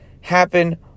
happen